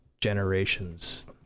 generations